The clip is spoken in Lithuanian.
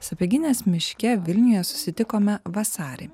sapieginės miške vilniuje susitikome vasarį